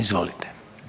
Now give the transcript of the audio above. Izvolite.